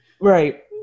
right